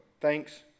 Thanks